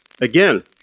Again